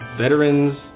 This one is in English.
veterans